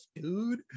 dude